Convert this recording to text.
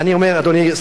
אדוני שר החינוך,